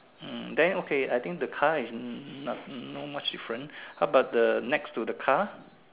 hmm then okay I think the car is hmm not no much different how about next to the car